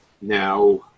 now